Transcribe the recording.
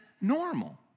normal